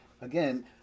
again